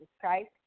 Christ